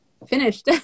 finished